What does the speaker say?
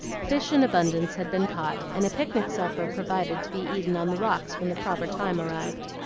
fish in abundance had been caught, and a picnic supper provided to be eaten on the rocks when the proper time arrived.